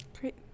Great